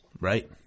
Right